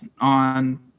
on